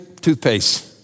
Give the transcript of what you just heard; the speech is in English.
Toothpaste